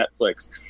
Netflix